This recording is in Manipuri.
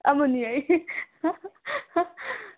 ꯑꯃꯅꯤ ꯍꯥꯏ